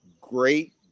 great